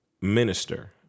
Minister